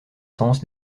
sens